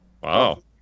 Wow